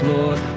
lord